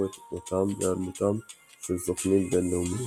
את מותם והיעלמותם של סוכנים בינלאומיים.